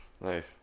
nice